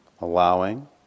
Allowing